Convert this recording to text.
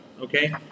Okay